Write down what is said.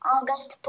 August